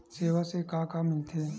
सेवा से का का मिलथे?